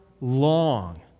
long